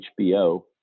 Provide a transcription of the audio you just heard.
HBO